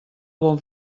bon